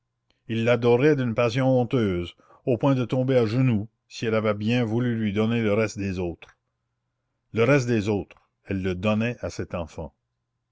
il l'adorait d'une passion honteuse au point de tomber à genoux si elle avait bien voulu lui donner le reste des autres le reste des autres elle le donnait à cet enfant